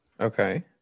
Okay